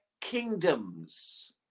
kingdoms